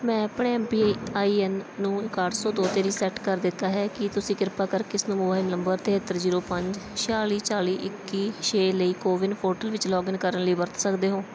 ਮੈਂ ਆਪਣੇ M P I N ਨੂੰ ਇਕਾਹਠ ਸੌ ਦੋ 'ਤੇ ਰੀਸੈਟ ਕਰ ਦਿੱਤਾ ਹੈ ਕੀ ਤੁਸੀਂ ਕਿਰਪਾ ਕਰਕੇ ਇਸ ਨੂੰ ਮੋਬਾਈਲ ਨੰਬਰ ਤਿਹੱਤਰ ਜੀਰੋ ਪੰਜ ਛਿਆਲੀ ਚਾਲੀ ਇੱਕੀ ਛੇ ਲਈ ਕੋਵਿਨ ਪੋਰਟਲ ਵਿੱਚ ਲੌਗਇਨ ਕਰਨ ਲਈ ਵਰਤ ਸਕਦੇ ਹੋ